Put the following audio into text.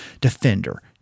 Defender